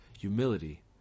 humility